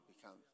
become